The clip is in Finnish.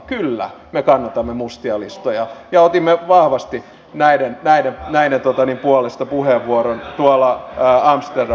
kyllä me kannatamme mustia listoja ja otimme vahvasti näiden puolesta puheenvuoron amsterdamissa